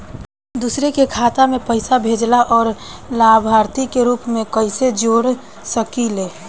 दूसरे के खाता में पइसा भेजेला और लभार्थी के रूप में कइसे जोड़ सकिले?